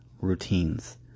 routines